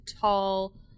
tall